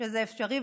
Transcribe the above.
שזה אפשרי.